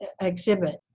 exhibit